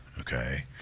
okay